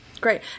Great